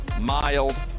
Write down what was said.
mild